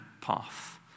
path